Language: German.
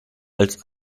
als